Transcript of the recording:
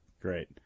Great